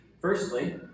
firstly